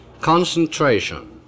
concentration